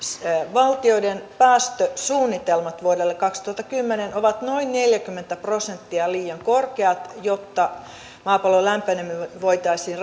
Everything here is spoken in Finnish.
valtioiden päästösuunnitelmat vuodelle kaksituhattakymmenen ovat noin neljäkymmentä prosenttia liian korkeat jotta maapallon lämpeneminen voitaisiin